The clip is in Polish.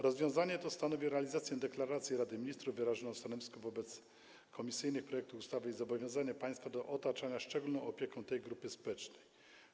Rozwiązanie to stanowi realizację deklaracji Rady Ministrów wyrażonej w stanowisku wobec komisyjnych projektów ustaw i zobowiązania państwa do otaczania szczególną opieką tej grupy społecznej.